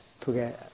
together